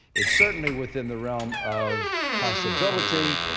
it's certainly within the realm of possibility,